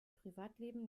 privatleben